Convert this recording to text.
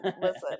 Listen